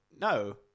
No